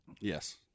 Yes